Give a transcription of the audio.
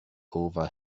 over